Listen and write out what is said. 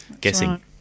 guessing